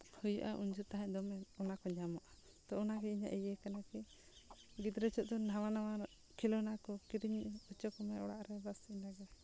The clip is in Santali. ᱦᱩᱭᱩᱜᱼᱟ ᱩᱱ ᱫᱚ ᱛᱟᱦᱮᱸᱫ ᱫᱚᱢᱮ ᱚᱱᱟᱠᱚ ᱧᱟᱢᱚᱜᱼᱟ ᱛᱚ ᱚᱱᱟᱜᱮ ᱤᱧᱟᱹᱜ ᱤᱭᱟᱹ ᱠᱟᱱᱟ ᱠᱤ ᱜᱤᱫᱽᱨᱟᱹ ᱡᱚᱦᱚᱜ ᱫᱚ ᱱᱟᱣᱟ ᱱᱟᱣᱟ ᱠᱷᱮᱞᱳᱱᱟ ᱠᱚ ᱠᱤᱨᱤᱧ ᱦᱚᱪᱚ ᱠᱚᱢᱮ ᱚᱲᱟᱜ ᱨᱮ ᱵᱟᱥ ᱤᱱᱟᱹᱜᱮ